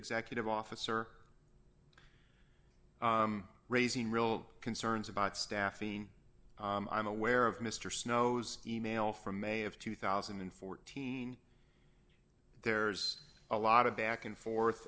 executive officer raising real concerns about staffing i'm aware of mr snow's e mail from may of two thousand and fourteen there's a lot of back and forth